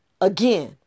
again